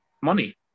money